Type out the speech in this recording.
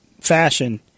fashion